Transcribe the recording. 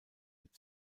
mit